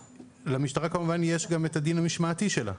למשטרה כמובן יש גם את הדין המשמעתי שלה.